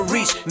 Reach